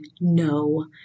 no